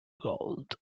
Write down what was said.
gold